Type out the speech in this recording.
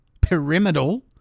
pyramidal